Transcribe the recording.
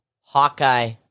Hawkeye